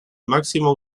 máximo